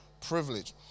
privilege